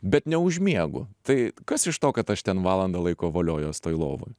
bet neužmiegu tai kas iš to kad aš ten valandą laiko voliojuos toj lovoj